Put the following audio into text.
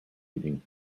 eating